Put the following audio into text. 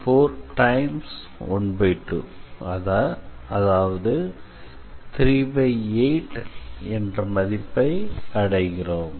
12 என அதாவது 38 என மதிப்பை அடைகிறோம்